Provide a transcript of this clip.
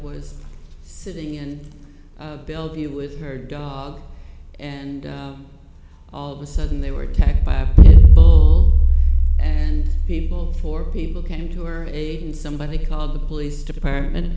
was sitting in bellevue with her dog and all of a sudden they were attacked by a bull and people four people came to her aid and somebody called the police department